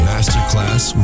Masterclass